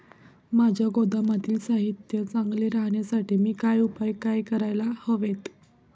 माझ्या गोदामातील साहित्य चांगले राहण्यासाठी मी काय उपाय काय करायला हवेत?